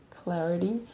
clarity